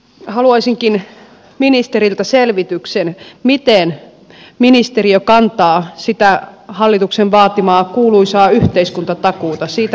haluaisinkin ministeriltä selvityksen miten ministeriö kantaa sitä hallituksen vaatimaa kuuluisaa yhteiskuntavastuuta